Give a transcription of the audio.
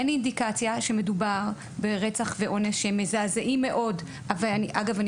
אין אינדיקציה שמדובר ברצח ואונס - שהם מזעזעים מאוד - על רקע לאומני.